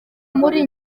muri